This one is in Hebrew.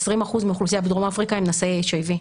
20% מהאוכלוסייה בדרום אפריקה הם נשאי HIV,